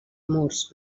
murs